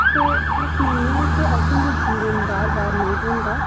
ते अस मन्नने आं कि असेंगी जीवन बार बार नेईं थ्होंदा